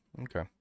Okay